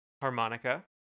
harmonica